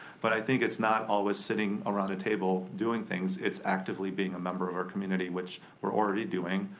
but i think it's not always sitting around a table doing things, it's actively being a member of our community which we're already doing.